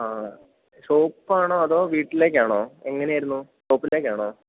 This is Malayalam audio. ആ ഷോപ്പാണോ അതോ വീട്ടിലേക്കാണോ എങ്ങനെയായിരുന്നു ഷോപ്പിലേക്കാണോ